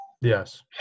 Yes